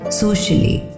socially